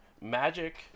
magic